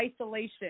isolation